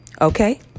Okay